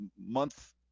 month